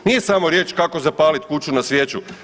Nije samo riječ kako zapaliti kuću na svijeću.